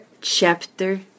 chapter